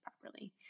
properly